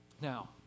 Now